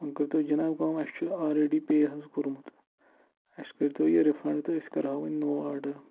وۄنۍ کٔرۍتو جِناب کٲم اَسہِ چھُ آریٚڈی پے حظ کوٚرمُت اَسہِ کٔرۍتو یہِ رِفنڈ تہٕ أسۍ کَرہو وَنہِ نوٚو آرڈر